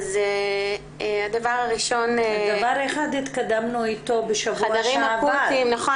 הדבר הראשון --- דבר אחד התקדמנו איתו בשבוע שעבר.